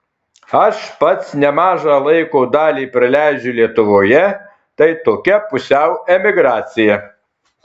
aš pats nemažą laiko dalį praleidžiu lietuvoje tai tokia pusiau emigracija